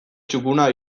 txukuna